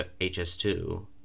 hs2